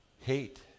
hate